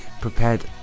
prepared